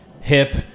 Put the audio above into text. hip